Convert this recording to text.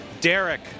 Derek